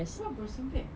siapa bursting bear